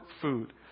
food